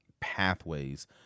pathways